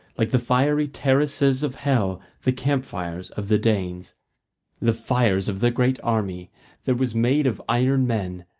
like the fiery terraces of hell, the camp fires of the danes the fires of the great army that was made of iron men,